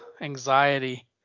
anxiety